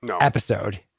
episode